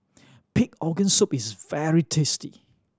pig organ soup is very tasty